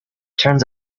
turns